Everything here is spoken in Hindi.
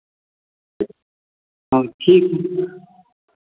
हाँ ठीक